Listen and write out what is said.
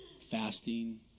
fasting